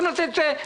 מה לעשות?